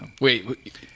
Wait